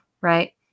right